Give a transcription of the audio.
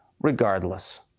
Regardless